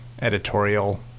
editorial